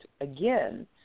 again